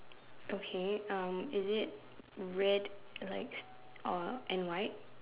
okay um is it red like or and white